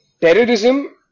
Terrorism